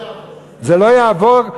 זה לא יעבור.